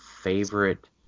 favorite